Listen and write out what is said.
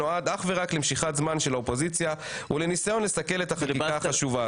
שנועד אך ורק למשיכת זמן של האופוזיציה ולניסיון לסכל את החקיקה החשובה.